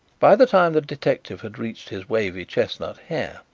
by the time the detective had reached his wavy chestnut hair,